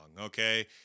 okay